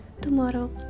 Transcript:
tomorrow